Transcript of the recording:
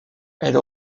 elle